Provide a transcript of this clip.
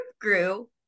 grew